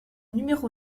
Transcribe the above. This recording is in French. numéro